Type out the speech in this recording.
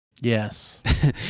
Yes